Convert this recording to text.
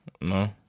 No